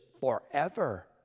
forever